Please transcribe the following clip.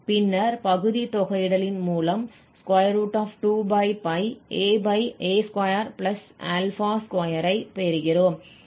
பின்னர் பகுதி தொகையிடலின் மூலம் 2aa22 ஐ பெறுகிறோம்